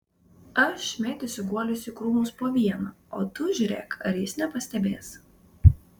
aš mėtysiu guolius į krūmus po vieną o tu žiūrėk ar jis nepastebės